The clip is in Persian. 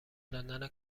دادن